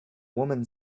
woman